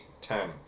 Ten